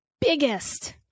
biggest